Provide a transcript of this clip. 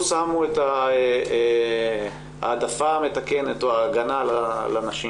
שמו את ההעדפה המתקנת או ההגנה על הנשים?